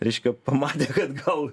reiškia pamanė kad gal